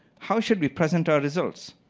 how should we present our results?